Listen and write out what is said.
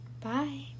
Bye